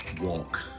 walk